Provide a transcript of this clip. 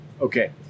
Okay